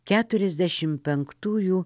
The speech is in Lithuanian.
keturiasdešimt penktųjų